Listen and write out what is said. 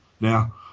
Now